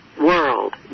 world